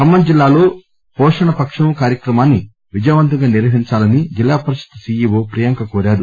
ఖమ్మం జిల్లాలో పోషణ పక్షం కార్యక్రమాన్సి విజయవంతంగా నిర్వహించాలని జిల్లా పరిషత్ సిఈవో ప్రియాంక కోరారు